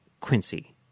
Quincy